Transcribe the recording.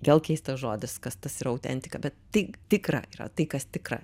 gal keistas žodis kas tas ir autentika bet tai tikra yra tai kas tikra